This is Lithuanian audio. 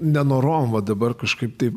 nenorom va dabar kažkaip taip